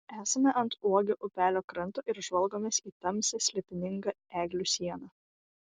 esame ant uogio upelio kranto ir žvalgomės į tamsią slėpiningą eglių sieną